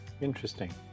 Interesting